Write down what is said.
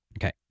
Okay